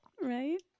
Right